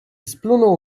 splunął